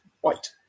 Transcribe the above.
white